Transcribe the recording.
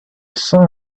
saw